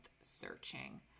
searching